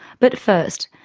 but first,